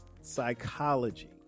psychology